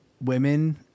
women